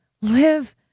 live